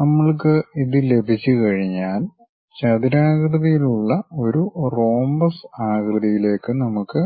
നമ്മൾക്ക് ഇത് ലഭിച്ചുകഴിഞ്ഞാൽ ചതുരാകൃതിയിലുള്ള ഒരു റോംബസ് ആകൃതിയിലേക്ക് നമുക്ക്